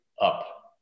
up